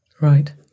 right